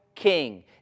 king